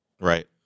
Right